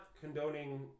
condoning